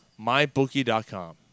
MyBookie.com